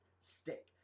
stick